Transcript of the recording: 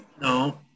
No